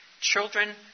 Children